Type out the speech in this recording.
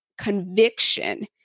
conviction